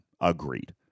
Agreed